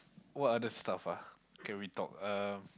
what other stuff ah can we talk um